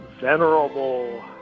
venerable